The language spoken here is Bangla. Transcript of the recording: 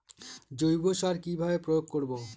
জৈব সার কি ভাবে প্রয়োগ করব?